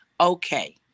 okay